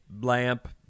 lamp